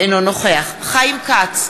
אינו נוכח חיים כץ,